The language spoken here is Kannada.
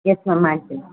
ಎಸ್ ಮ್ಯಾಮ್ ಮಾಡ್ತೀನಿ